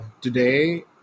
today